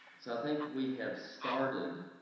so i think we have started